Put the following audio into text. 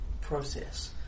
process